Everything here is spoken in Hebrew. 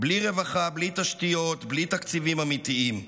בלי רווחה, בלי תשתיות, בלי תקציבים אמיתיים.